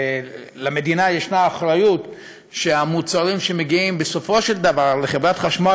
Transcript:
למדינה יש אחריות שהמוצרים שמגיעים בסופו של דבר לחברת החשמל,